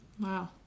Wow